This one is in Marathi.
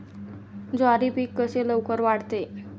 ज्वारी पीक कसे लवकर वाढते?